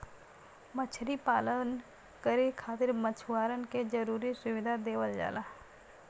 मछरी पालन करे खातिर मछुआरन के जरुरी सुविधा देवल जाला